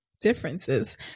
differences